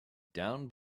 down